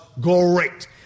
great